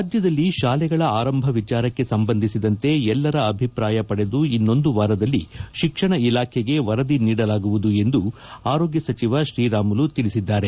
ರಾಜ್ಯದಲ್ಲಿ ಶಾಲೆಗಳ ಆರಂಭ ವಿಚಾರಕ್ಕೆ ಸಂಬಂಧಿಸಿದಂತೆ ಎಲ್ಲರ ಅಭಿಪ್ರಾಯ ಪಡೆದು ಇನ್ನೊಂದು ವಾರದಲ್ಲಿ ಶಿಕ್ಷಣ ಇಲಾಖೆಗೆ ವರದಿ ನೀಡಲಾಗುವುದು ಎಂದು ಆರೋಗ್ಯ ಸಚಿವ ಶ್ರೀರಾಮುಲು ತಿಳಿಸಿದ್ದಾರೆ